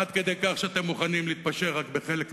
עד כדי כך, שאתם מוכנים להתפשר רק בחלק ממנה.